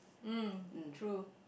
mm true